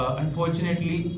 unfortunately